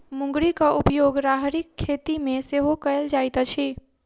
मुंगरीक उपयोग राहरिक खेती मे सेहो कयल जाइत अछि